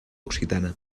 occitana